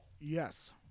Yes